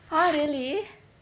oh really